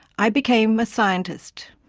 i became a scientist.